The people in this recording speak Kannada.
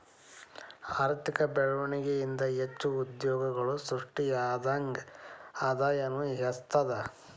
ಆರ್ಥಿಕ ಬೆಳ್ವಣಿಗೆ ಇಂದಾ ಹೆಚ್ಚು ಉದ್ಯೋಗಗಳು ಸೃಷ್ಟಿಯಾದಂಗ್ ಆದಾಯನೂ ಹೆಚ್ತದ